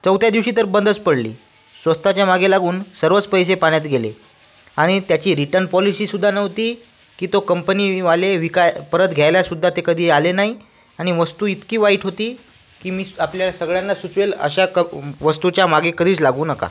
चौथ्या दिवशी तर बंदच पडली स्वस्ताच्या मागे लागून सर्वच पैसे पाण्यात गेले आणि त्याची रिटर्न पॉलिसीसुद्धा नव्हती की तो कंपनीवाले विकाय परत घ्यायलासुद्धा ते कधी आले नाही आणि वस्तू इतकी वाईट होती की मी आपल्या सगळ्यांना सुचवेल अशा क् वस्तूच्या मागे कधीच लागू नका